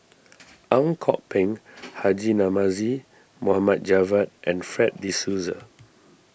Ang Kok Peng Haji Namazie Mohamed Javad and Fred De Souza